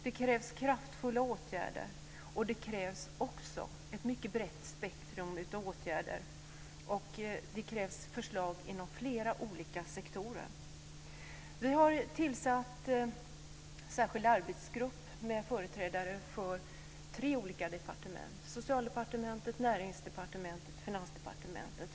Det krävs kraftfulla åtgärder, det krävs ett mycket brett spektrum av åtgärder och det krävs förslag inom flera olika sektorer. Vi har tillsatt en särskild arbetsgrupp med företrädare för tre olika departement: Socialdepartementet, Näringsdepartementet och Finansdepartementet.